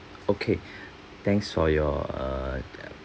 okay thanks for your uh